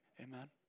Amen